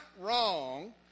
wrong